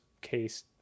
case